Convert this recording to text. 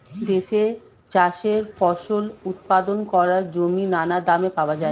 দেশে চাষের ফসল উৎপাদন করার জমি নানা দামে পাওয়া যায়